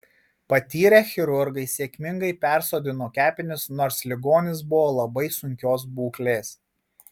patyrę chirurgai sėkmingai persodino kepenis nors ligonis buvo labai sunkios būklės